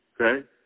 Okay